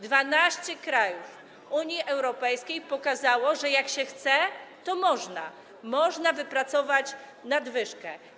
12 krajów Unii Europejskiej pokazało, że jak się chce, to można wypracować nadwyżkę.